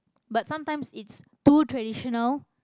but sometimes it's too traditional